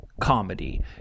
comedy